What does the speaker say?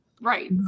right